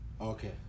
Okay